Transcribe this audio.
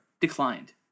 declined